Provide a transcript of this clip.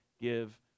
give